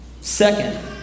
Second